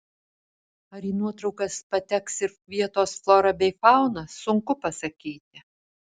ar į nuotraukas pateks ir vietos flora bei fauna sunku pasakyti